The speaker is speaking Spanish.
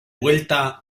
vuelta